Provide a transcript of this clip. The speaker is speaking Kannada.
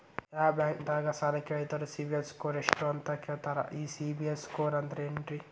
ಯಾವ ಬ್ಯಾಂಕ್ ದಾಗ ಸಾಲ ಕೇಳಿದರು ಸಿಬಿಲ್ ಸ್ಕೋರ್ ಎಷ್ಟು ಅಂತ ಕೇಳತಾರ, ಈ ಸಿಬಿಲ್ ಸ್ಕೋರ್ ಅಂದ್ರೆ ಏನ್ರಿ?